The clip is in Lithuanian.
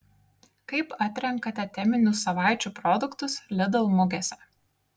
kaip atrenkate teminių savaičių produktus lidl mugėse